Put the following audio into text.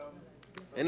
אין